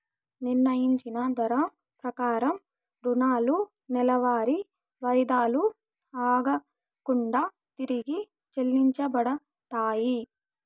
నిర్ణయించిన ధర ప్రకారం రుణాలు నెలవారీ వాయిదాలు ఆగకుండా తిరిగి చెల్లించబడతాయి